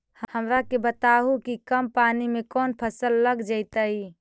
हमरा के बताहु कि कम पानी में कौन फसल लग जैतइ?